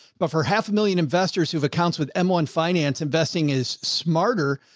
but for half a million investors who have accounts with m one finance, investing is smarter,